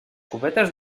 cubetes